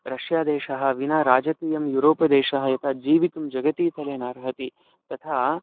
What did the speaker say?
रष्यादेशः विना राजकीयं युरोपदेशः यथा जीवितुं जगतीतले नार्हति तथा